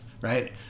right